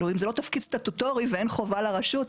אם זה לא תפקיד סטטוטורי ואין חובה לרשות.